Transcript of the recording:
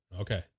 Okay